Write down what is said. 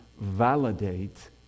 validate